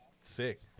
sick